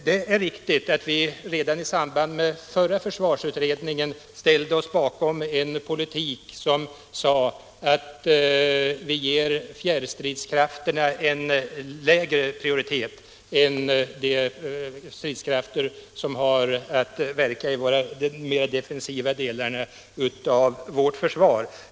Det är riktigt att vi redan i samband med förra försvarsutredningen ställde oss bakom en politik som gav fjärrstridskrafterna en lägre prioritet än de stridskrafter som har att verka i de mer defensiva delarna av vårt försvar.